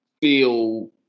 feel